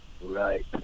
Right